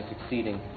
succeeding